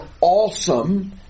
awesome